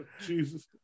Jesus